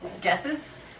Guesses